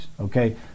okay